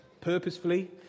purposefully